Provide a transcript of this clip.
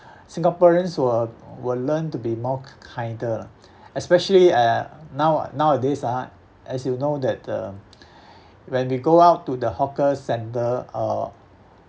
singaporeans will will learn to be more k~ kinder lah especially uh now~ nowadays ah as you know that uh when we go out to the hawker centre or